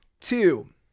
Two